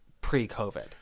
pre-COVID